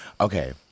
Okay